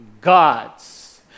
gods